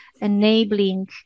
enabling